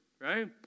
right